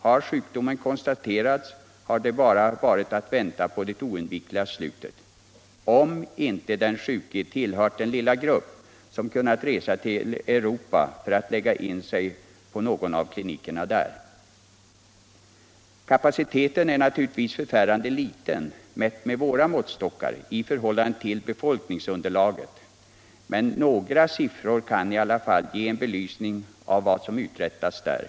Har sjukdomen konstaterats, har det bara varit att vänta på det oundvikliga slutet, om inte den sjuke tillhört den lilla grupp som kunnat resa till Europa för att lägga in sig på någon av klinikerna där. Kapaciteten är naturligtvis med våra måttstockar förfärande liten i förhållande till befolkningsunderlaget, men några siffror kan i alla fall ge en belysning av vad som uträttas här.